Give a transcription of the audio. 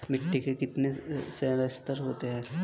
मिट्टी के कितने संस्तर होते हैं?